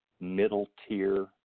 middle-tier